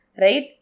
Right